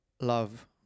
love